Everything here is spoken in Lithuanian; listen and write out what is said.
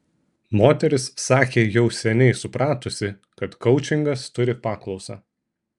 moteris sakė jau seniai supratusi kad koučingas turi paklausą